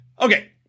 Okay